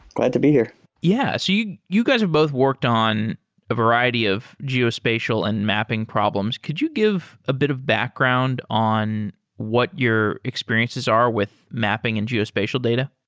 glad to be here yeah. so you you guys have both worked on a variety of geospatial and mapping problems. could you give a bit of background on what your experiences are with mapping and geospatial data?